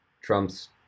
Trump's